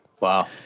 Wow